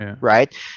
right